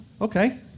Okay